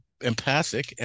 empathic